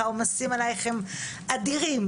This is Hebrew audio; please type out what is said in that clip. העומסים עליך הם אדירים.